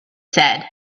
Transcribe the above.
said